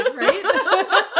right